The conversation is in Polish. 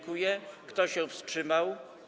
Kto się wstrzymał?